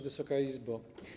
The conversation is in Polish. Wysoka Izbo!